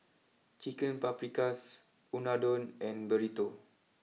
Chicken Paprikas Unadon and Burrito